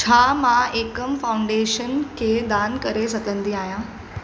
छा मां एकम फाउंडेशन खे दान करे सघंदी आहियां